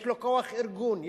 יש לו כוח ארגון,